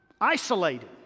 Isolated